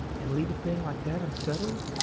and leave a thing like that unsettled.